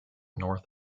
north